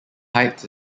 heights